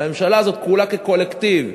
והממשלה הזאת, כולה כקולקטיב,